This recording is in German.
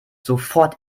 sofort